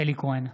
אלי כהן,